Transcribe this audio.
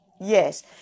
Yes